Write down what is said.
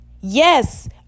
yes